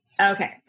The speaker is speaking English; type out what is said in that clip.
Okay